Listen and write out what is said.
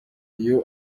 iyo